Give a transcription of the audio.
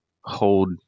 hold